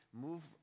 move